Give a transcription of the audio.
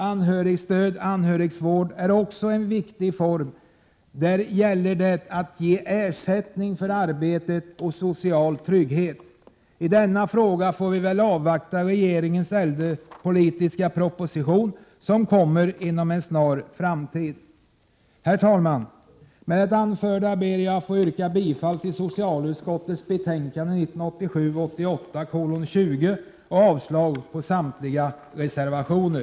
Anhörigstöd, anhörigvård, är också en viktig form av handikappomsorgen. Där gäller det att ge ersättning för arbetet och att ge social trygghet. I denna fråga får vi avvakta regeringens äldrepolitiska proposition, som kommer inom en snar framtid. Herr talman! Med det anförda ber jag att få yrka bifall till socialutskottets hemställan i betänkande 1987/88:20 och avslag på samtliga reservationer.